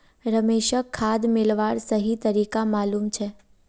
रमेशक खाद मिलव्वार सही तरीका मालूम छेक